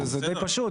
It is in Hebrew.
זה די פשוט.